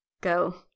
go